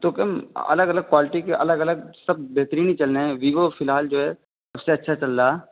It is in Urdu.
تو کم الگ الگ کوالٹی کے الگ الگ سب بہترین چل رہے ہیں ویوو فی الحال جو ہے سب سے اچھا چل رہا ہے